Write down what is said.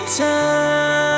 time